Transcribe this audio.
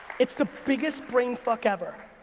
it's the biggest brain fuck ever.